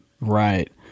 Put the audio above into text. Right